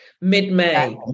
mid-May